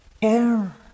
care